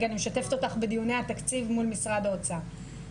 אני משתפת אותך בדיוני התקציב מול משרד האוצר.